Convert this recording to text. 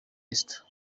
esther